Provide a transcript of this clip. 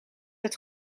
het